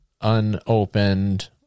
unopened